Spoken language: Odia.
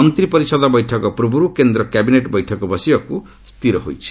ମନ୍ତ୍ରୀ ପରିଷଦର ବୈଠକ ପୂର୍ବରୁ କେନ୍ଦ୍ର କ୍ୟାବିନେଟ୍ ବୈଠକ ବସିବାକୁ ସ୍ଥିର ହୋଇଛି